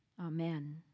Amen